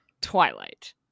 twilight